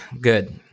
Good